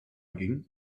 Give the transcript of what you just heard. ging